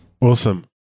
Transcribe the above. awesome